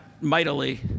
mightily